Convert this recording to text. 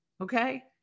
Okay